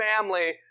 family